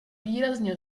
výrazně